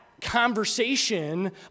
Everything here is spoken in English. conversation